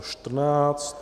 14.